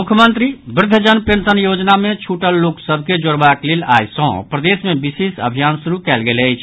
मुख्यमंत्री व्रद्वजन पेंशन योजना मे छूटल लोक सभ के जोड़बाक लेल आई सँ प्रदेश मे विशेष अभियान शुरू कयल गेल अछि